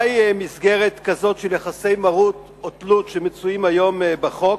מהי מסגרת כזאת של יחסי מרות או תלות שמצויים היום בחוק?